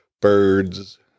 birds